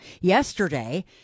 yesterday